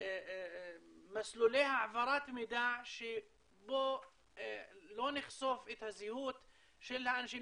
לתת מסלולי העברת מידע שבהם לא נחשוף את הזהות של האנשים.